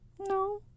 No